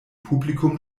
publikum